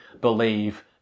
believe